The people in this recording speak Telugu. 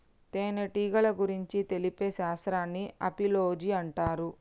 తేనెటీగల గురించి తెలిపే శాస్త్రాన్ని ఆపిలోజి అంటారు